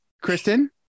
Kristen